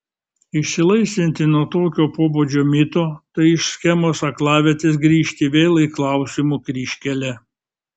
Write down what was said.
išsilaisvinti nuo tokio pobūdžio mito tai iš schemos aklavietės grįžti vėl į klausimų kryžkelę